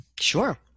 Sure